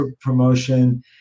promotion